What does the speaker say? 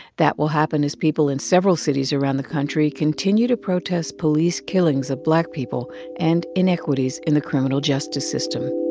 that will happen as people in several cities around the country continue to protest police killings of black people and inequities in the criminal justice system